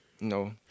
No